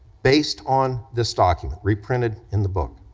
based on this document, reprinted in the book,